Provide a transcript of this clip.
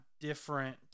different